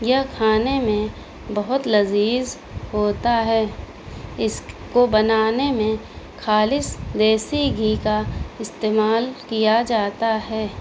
یہ کھانے میں بہت لذیذ ہوتا ہے اس کو بنانے میں خالص دیسی گھی کا استعمال کیا جاتا ہے